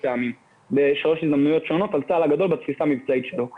פעמים בשלוש הזדמנויות שונות בתפיסה המבצעית של צה"ל הגדול.